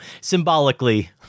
symbolically